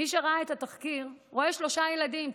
מי שראה את התחקיר רואה שלושה ילדים צעירים,